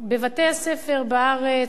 בבתי-הספר בארץ,